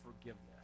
forgiveness